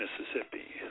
Mississippi